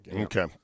Okay